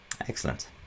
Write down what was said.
Excellent